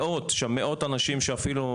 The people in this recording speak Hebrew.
מאות אנשים שאפילו,